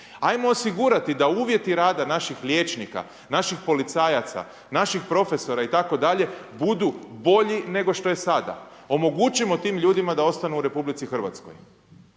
Ajmo osigurati da uvjeti rada naših liječnika, naših policajaca, naših profesora itd. budu bolji nego što je sada. Omogućimo tim ljudima da ostanu u RH. Mi smo